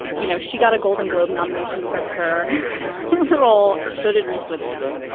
you know, she got a golden globe nomination for her her role. so did reese witherspoon.